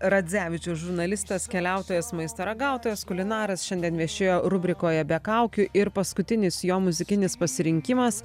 radzevičius žurnalistas keliautojas maisto ragautojas kulinaras šiandien viešėjo rubrikoje be kaukių ir paskutinis jo muzikinis pasirinkimas